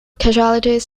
casualties